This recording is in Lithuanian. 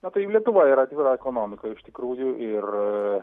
na tai lietuva yra atvira ekonomika iš tikrųjų ir